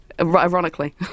Ironically